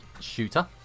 shooter